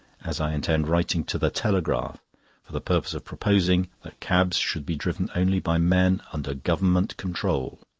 as i intend writing to the telegraph for the purpose of proposing that cabs should be driven only by men under government control,